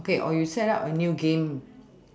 okay or you set up a new game